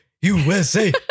USA